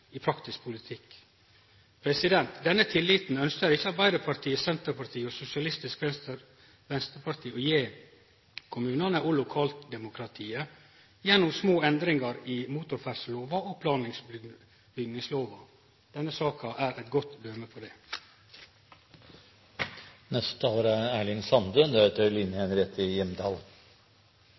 i praktisk politikk. Denne tilliten ønskjer ikkje Arbeidarpartiet, Senterpartiet og Sosialistisk Venstreparti å gje kommunane og lokaldemokratiet gjennom små endringar i motorferdslelova og plan- og bygningslova. Denne saka er eit godt